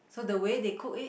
so the way they cook it